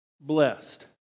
blessed